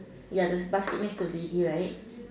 ya this basket next to the lady right